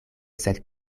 sed